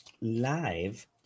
live